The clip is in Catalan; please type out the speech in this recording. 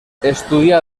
estudià